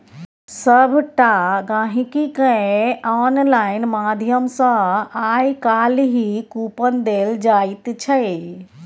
सभटा गहिंकीकेँ आनलाइन माध्यम सँ आय काल्हि कूपन देल जाइत छै